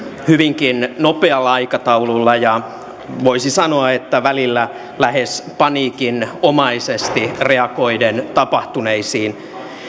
hyvinkin nopealla aikataululla ja voisi sanoa että välillä lähes paniikinomaisesti reagoiden tapahtuneisiin